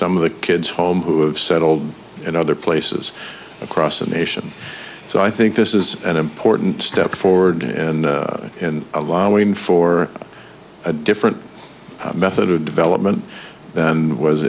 some of the kids home who have settled in other places across the nation so i think this is an important step forward in allowing for a different method of development than was